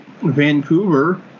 Vancouver